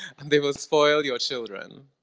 and they will spoil your children.